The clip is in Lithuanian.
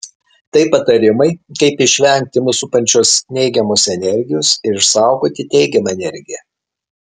tai patarimai kaip išvengti mus supančios neigiamos energijos ir išsaugoti teigiamą energiją